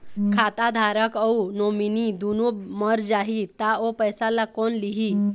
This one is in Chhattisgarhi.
खाता धारक अऊ नोमिनि दुनों मर जाही ता ओ पैसा ला कोन लिही?